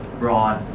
broad